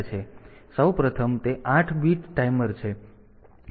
તેથી સૌ પ્રથમ તે 8 બીટ ટાઈમર છે